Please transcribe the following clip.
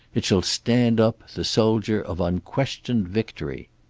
it shall stand up, the soldier of unquestioned victory.